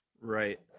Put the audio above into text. Right